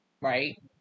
right